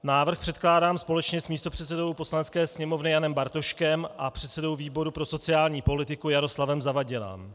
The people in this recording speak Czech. Návrh předkládám společně s místopředsedou Poslanecké sněmovny Janem Bartoškem a předsedou výboru pro sociální politiku Jaroslavem Zavadilem.